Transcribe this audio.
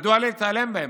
מדוע להתעלם מהם?